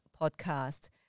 podcast